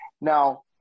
Now